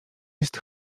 jest